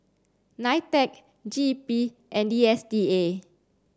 NITEC G E P and D S T A